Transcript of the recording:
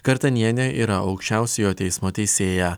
kartanienė yra aukščiausiojo teismo teisėja